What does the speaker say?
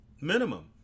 minimum